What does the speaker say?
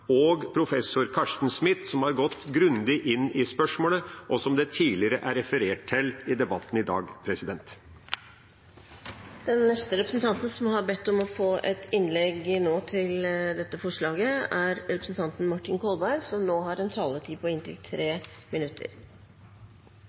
og professor Carsten Smith, som har gått grundig inn i spørsmålet, og som det tidligere er referert til i debatten i dag. Jeg tar ordet med bakgrunn i representanten Lundteigens innlegg, for det viser nemlig spenningen i